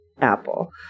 apple